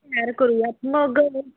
तयार करूयात मग